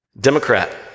Democrat